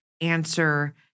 answer